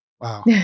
Wow